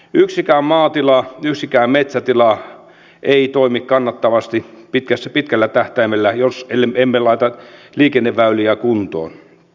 yksikään maatila yksikään metsätila ei toimi kannattavasti pitkällä tähtäimellä jos emme laita liikenneväyliä kuntoon